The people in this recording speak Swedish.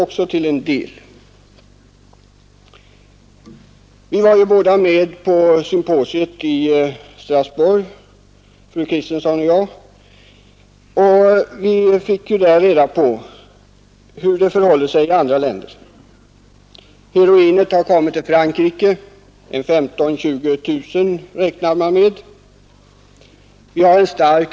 Fru Kristensson och jag var båda med på symposiet i Strasbourg. Vi fick där reda på hur det förhåller sig i andra länder. Heroinet har kommit till Frankrike. Man räknar med 15 000—20 000 missbrukare. Ökningen i England är stark.